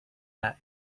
that